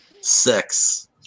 Six